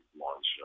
launch